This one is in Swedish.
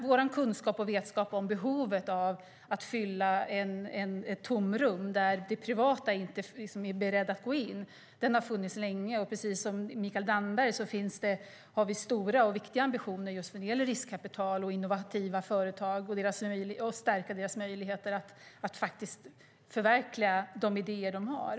Vår kunskap och vetskap om behovet av att fylla ett tomrum där det privata inte är berett att gå in har funnits länge. Precis som Mikael Damberg sade har vi stora och viktiga ambitioner just vad gäller riskkapital och innovativa företag för att stärka deras möjligheter att förverkliga de idéer de har.